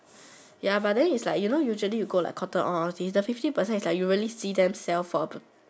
ya but then is like you know usually you go like Cotton on all these the fifty percent is you really see them sell for